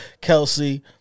Kelsey